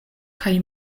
kaj